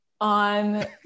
on